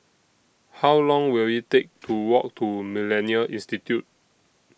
How Long Will IT Take to Walk to Millennia Institute